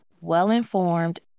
well-informed